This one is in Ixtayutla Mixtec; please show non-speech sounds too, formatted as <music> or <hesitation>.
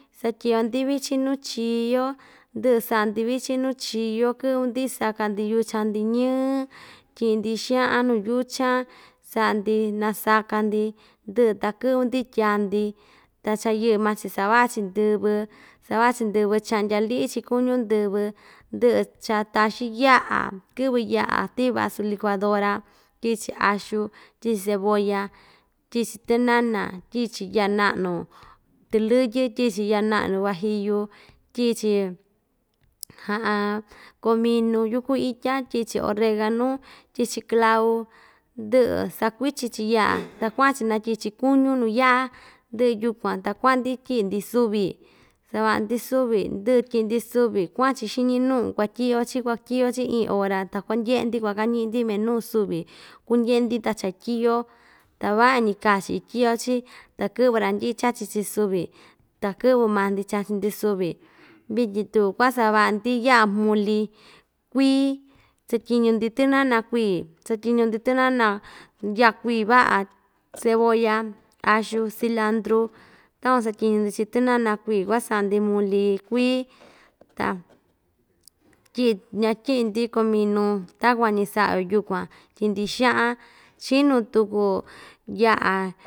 Satyiꞌyo‑ndi vichin nuu chio ndɨꞌɨ saꞌa‑ndi vichin nuu chio kɨꞌvɨ‑ndi saka‑ndi yucha‑ndi ñii tyiꞌi‑ndi xaꞌan nuu yuchan saꞌa‑ndi nasaka‑ndi ndɨꞌɨ ta kɨꞌvɨ‑ndi tya‑ndi ta cha yɨꞌɨ maa‑chi savaꞌa‑chi ndɨvɨ savaꞌa‑chi ndɨvɨ chaꞌndya liꞌi‑chi kuñu ndɨvɨ ndɨꞌɨ cha taxin yaꞌa kɨꞌvɨ yaꞌa tii vasu liquadora tyiꞌi‑chi axu tyiꞌi‑chi cebolla tyiꞌi‑chi tɨnana tyiꞌi‑chi yaꞌa naꞌnu tɨlɨyɨ tyiꞌi‑chi yaꞌa naꞌnu guajillu tyiꞌi‑chi <hesitation> cominu yuku itya tyiꞌi‑chi oreganu tyiꞌi‑chi clau ndɨꞌɨ sakuichi‑chi yaꞌa ta kuaꞌa‑chi natyiꞌi‑chi kuñu nuu yaꞌa ndɨꞌɨ yukuan ta kuaꞌa‑ndi tyiꞌ‑ndi suvi savaꞌa‑ndi suvi ndɨꞌɨ tyiꞌi‑ndi suvi kuaꞌan‑chi xiñi nuꞌu kuatyiꞌyo‑chi kuatyiꞌyo‑chi iin hora ta kuandyeꞌe‑ndi kuakañiꞌi‑ndi menuu subi kundyeꞌe‑ndi ta cha tyiꞌyo ta vaꞌa‑ñi kaa‑chi ityiꞌyo‑chi ta kɨꞌvɨ randɨꞌɨ chachi‑chi suvi ta kɨꞌvɨ maa‑ndi chachi‑ndi suvi vityin tuku kuasavaꞌa‑ndi yaꞌa muli kui satyiñu‑ndi tɨnana kui satyiñu‑ndi tɨnana yaꞌa kui vaꞌa cebolla axu cilantru takuan satyiñu‑ndi chiꞌin tɨnana kui kuaꞌa saꞌa‑ndi muli kui ya tyi ñatyiꞌ‑ndico cominu takuan‑ñi saꞌa‑yo yukuan tyiꞌi‑ndi xaꞌan chinu tuku yaꞌa.